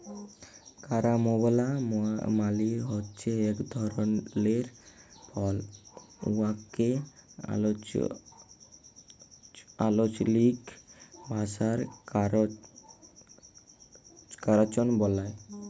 carambola মালে হছে ইক ধরলের ফল উয়াকে আল্চলিক ভাষায় কারান্চ ব্যলে